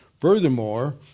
Furthermore